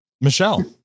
Michelle